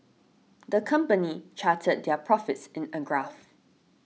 the company charted their profits in a graph